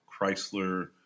Chrysler